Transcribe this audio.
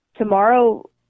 Tomorrow